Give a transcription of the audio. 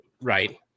right